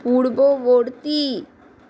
পূর্ববর্তী